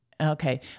Okay